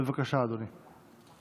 בבקשה, אדוני.